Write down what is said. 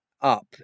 up